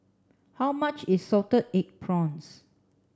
how much is salted egg prawns